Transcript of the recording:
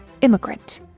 immigrant